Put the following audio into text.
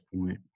point